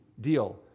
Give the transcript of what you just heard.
deal